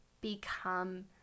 become